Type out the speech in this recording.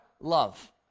Love